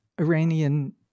Iranian